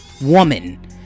woman